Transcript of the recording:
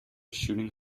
shooting